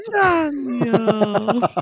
Daniel